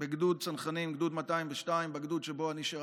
בגדוד צנחנים, גדוד 202, הגדוד שבו אני שירתי.